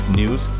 news